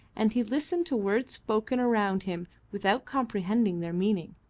and he listened to words spoken around him without comprehending their meaning.